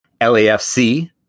LAFC